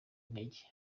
intege